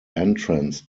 entrance